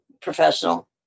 professional